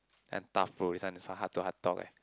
an damn tough bro this one this one heart to heart talk eh